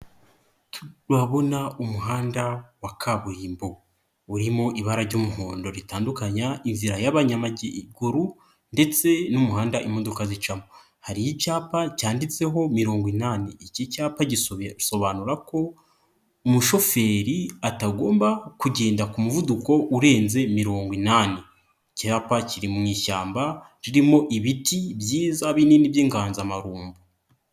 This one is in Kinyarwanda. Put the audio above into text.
Umuhanda wa kaburimbo urimo ibara ry'umuhondo ritandukanya inzira y'abanyamaguru ndetse n'umuhanda imodoka zicamo hari icyapa cyanditseho mirongo inani, iki cyapa gisobanura ko umushoferi atagomba kugendera ku muvuduko urenzero mirongo inani, icyapa kandi kiri mu ishyamba ririmo ibiti byiza binini by'inganzamarumbu.